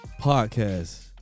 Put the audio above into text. Podcast